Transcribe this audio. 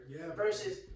versus